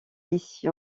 place